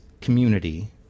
community